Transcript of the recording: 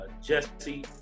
Jesse